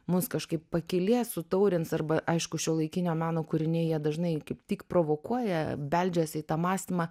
mus kažkaip pakylės sutaurins arba aišku šiuolaikinio meno kūriniai jie dažnai kaip tik provokuoja beldžiasi į tą mąstymą